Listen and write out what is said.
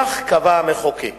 כך קבע המחוקק